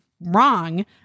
wrong